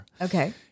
Okay